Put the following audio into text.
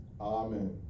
Amen